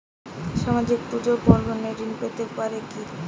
সামাজিক পূজা পার্বণে ঋণ পেতে পারে কি?